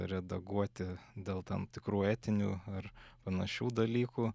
redaguoti dėl tam tikrų etinių ar panašių dalykų